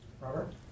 Robert